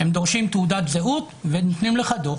הם דורשים תעודת זהות ונותנים לך דוח.